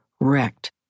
wrecked